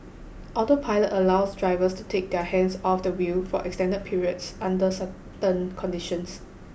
autopilot allows drivers to take their hands off the wheel for extended periods under certain conditions